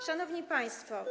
Szanowni Państwo!